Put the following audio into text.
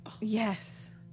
yes